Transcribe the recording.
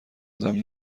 ادم